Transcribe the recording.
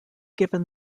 given